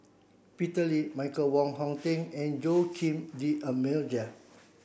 Peter Lee Michael Wong Hong Teng and Joaquim D'almeida